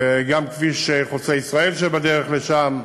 וגם כביש חוצה-ישראל בדרך לשם,